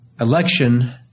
Election